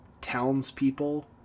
townspeople